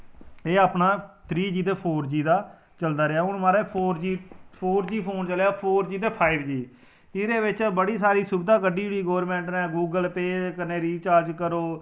एह् अपना three G ते फोर जी दा चलदा रेहा हून महाराज four G four G phone चलेआ फोर जी ते फाइव जी एहदे बिच्च बड़ी सारी सुबधा कड्ढी ओड़ी गौरमेंट ने गूगल पे कन्नै रिचार्ज करो